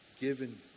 given